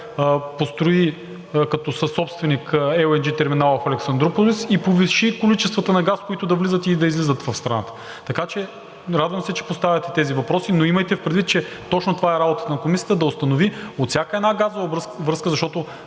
построи като съсобственик LNG терминала в Александруполис и повиши количествата на газ, които да влизат и да излизат от страната. Така че радвам се, че поставяте тези въпроси, но имайте предвид, че точно това е работата на Комисията – да установи от всяка една газова връзка, защото